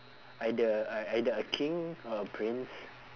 either ei~ either a king or a prince